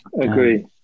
Agree